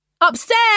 Upstairs